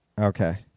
Okay